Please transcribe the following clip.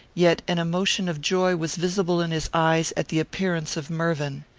yet an emotion of joy was visible in his eyes at the appearance of mervyn.